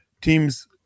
Teams